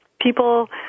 people